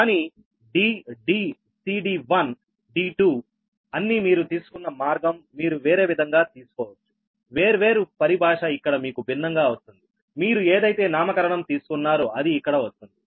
కానీ d d c d1 d2 అన్ని మీరు తీసుకున్న మార్గం మీరు వేరే విధంగా తీసుకోవచ్చు వేర్వేరు పరిభాష ఇక్కడ మీకు భిన్నంగా వస్తుందిమీరు ఏదైతే నామకరణం తీసుకున్నారో అది ఇక్కడ వస్తుంది